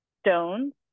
stones